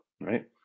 right